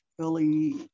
early